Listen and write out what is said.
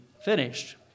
finished